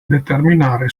determinare